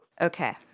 okay